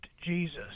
Jesus